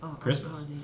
Christmas